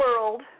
world